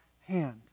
hand